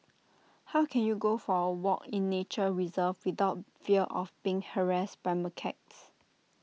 how can you go for A walk in nature reserve without fear of being harassed by macaques